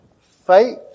Faith